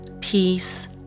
peace